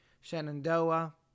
Shenandoah